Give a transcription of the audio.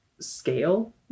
scale